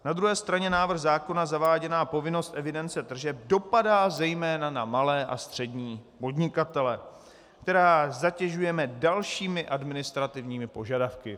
Na druhé straně návrhem zákona zaváděná povinnost evidence tržeb dopadá zejména na malé a střední podnikatele, které zatěžuje dalšími administrativními požadavky.